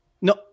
No